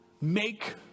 make